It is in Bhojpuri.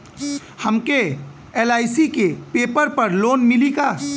हमके एल.आई.सी के पेपर पर लोन मिली का?